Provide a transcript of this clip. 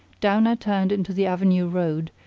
down i turned into the avenue road,